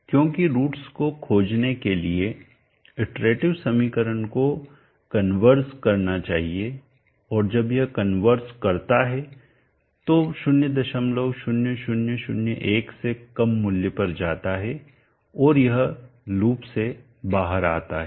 क्योंकि roots root मूल को खोजने के लिए इटरेटिव समीकरण को कन्वर्ज करना चाहिए और जब यह कन्वर्ज करता है तो 00001 से कम मूल्य पर जाता है और यह लूप से बाहर आता है